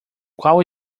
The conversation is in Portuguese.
qual